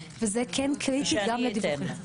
וזה קריטי -- שאני אתן לה את רשות הדיבור.